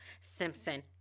Simpson